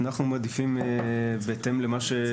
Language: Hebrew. אנחנו מעדיפים בהתאם למה